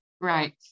Right